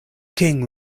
king